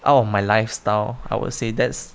out of my lifestyle I would say that's